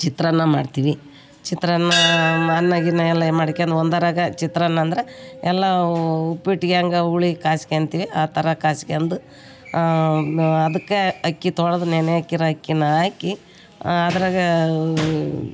ಚಿತ್ರಾನ್ನ ಮಾಡ್ತೀವಿ ಚಿತ್ರಾನ್ನ ಅನ್ನ ಗಿನ್ನ ಎಲ್ಲ ಮಾಡ್ಕೊಂಡು ಒಂದ್ರಾಗೇ ಚಿತ್ರಾನ್ನಾಂದ್ರೆ ಎಲ್ಲ ಉಪ್ಪಿಟ್ಟಿಗೆ ಹಾಂಗೆ ಹುಳಿ ಕಾಸ್ಕೊಳ್ತೀವಿ ಆ ಥರ ಕಾಸ್ಕೊಂಡು ಅದಕ್ಕೆ ಅಕ್ಕಿ ತೊಳ್ದು ನೆನೆ ಹಾಕಿರೋ ಅಕ್ಕಿನ ಹಾಕಿ ಅದ್ರಾಗೆ